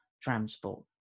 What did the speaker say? transport